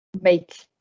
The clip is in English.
make